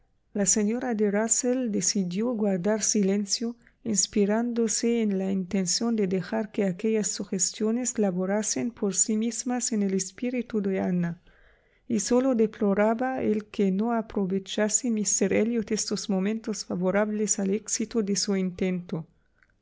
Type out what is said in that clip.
la señora de rusell decidió guardar silencio inspirándose en la intención de dejar que aquellas sugestiones laborasen por sí mismas en el espíritu de ana y sólo deploraba el que no aprovechase míster elliot estos momentos favorables al éxito de su intento